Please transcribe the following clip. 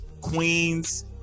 queens